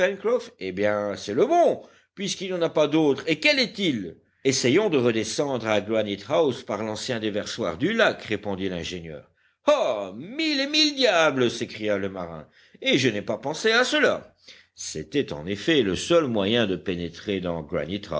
eh bien c'est le bon puisqu'il n'y en a pas d'autres et quel est-il essayons de redescendre à granite house par l'ancien déversoir du lac répondit l'ingénieur ah mille et mille diables s'écria le marin et je n'ai pas pensé à cela c'était en effet le seul moyen de pénétrer dans